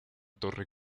torre